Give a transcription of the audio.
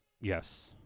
Yes